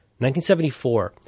1974